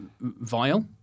vile